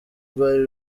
rwari